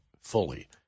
fully